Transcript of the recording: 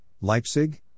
Leipzig